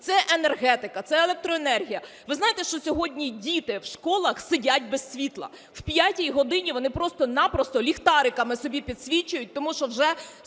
це енергетика, це електроенергія. Ви знаєте, що сьогодні діти в школах сидять без світла, в п'ятій годині вони просто-напросто ліхтариками собі підсвічують, тому що вже